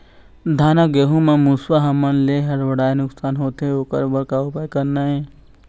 धान अउ गेहूं म मुसवा हमन ले बड़हाए नुकसान होथे ओकर बर का उपाय करना ये?